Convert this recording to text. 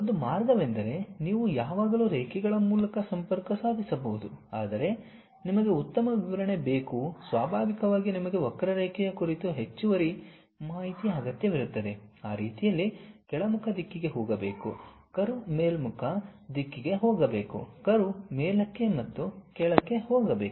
ಒಂದು ಮಾರ್ಗವೆಂದರೆ ನೀವು ಯಾವಾಗಲೂ ರೇಖೆಗಳ ಮೂಲಕ ಸಂಪರ್ಕ ಸಾಧಿಸಬಹುದು ಆದರೆ ನಿಮಗೆ ಉತ್ತಮ ವಿವರಣೆ ಬೇಕು ಸ್ವಾಭಾವಿಕವಾಗಿ ನಿಮಗೆ ವಕ್ರರೇಖೆಯ ಕುರಿತು ಹೆಚ್ಚುವರಿ ಮಾಹಿತಿಯ ಅಗತ್ಯವಿರುತ್ತದೆ ಆ ರೀತಿಯಲ್ಲಿ ಕೆಳಮುಖ ದಿಕ್ಕಿಗೆ ಹೋಗಬೇಕು ಕರ್ವ್ ಮೇಲ್ಮುಖ ದಿಕ್ಕಿಗೆ ಹೋಗಬೇಕು ಕರ್ವ್ ಮೇಲಕ್ಕೆ ಮತ್ತು ಕೆಳಕ್ಕೆ ಹೋಗಬೇಕು